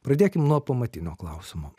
pradėkim nuo pamatinio klausimo